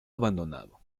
abandonado